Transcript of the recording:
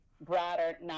broader